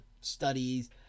studies